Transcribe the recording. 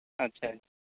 اچھا